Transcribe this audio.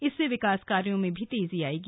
इससे विकास कार्यों में तेजी आएगी